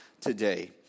today